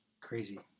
crazy